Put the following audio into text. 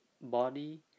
body